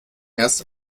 erst